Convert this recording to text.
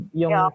yung